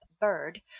bird